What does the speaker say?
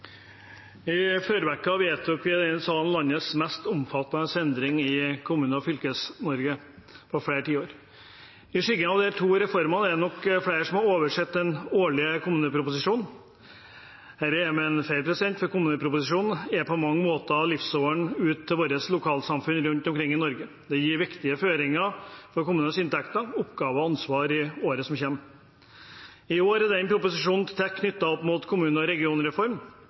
forrige uke vedtok vi i denne salen landets mest omfattende endring i Kommune-Norge og Fylkes-Norge på flere tiår. I skyggen av de to reformene er det nok flere som har oversett den årlige kommuneproposisjonen. Det mener jeg er feil, for kommuneproposisjonen er på mange måter livsåren ut til våre lokalsamfunn rundt omkring i Norge. Den gir viktige føringer for kommunenes inntekter, oppgaver og ansvar i året som kommer. I år er proposisjonen tett knyttet opp mot kommune- og